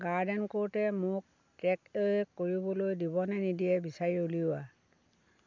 garden ক'ৰ্টে মোক take away কৰিবলৈ দিবনে নিদিয়ে বিচাৰি উলিওৱা